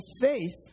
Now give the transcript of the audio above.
faith